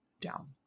Down